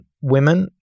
women